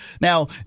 Now